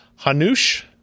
Hanush